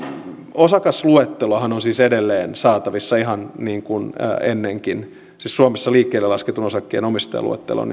osakasluettelohan on siis edelleen saatavissa ihan niin kuin ennenkin siis suomessa liikkeelle lasketun osakkeenomistajaluettelo